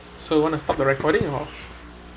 so you want to stop tyour recording or